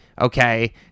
okay